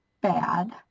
bad